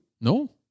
No